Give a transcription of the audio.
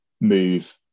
move